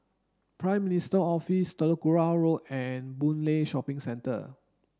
Prime Minister's Office Telok Kurau Road and Boon Lay Shopping Centre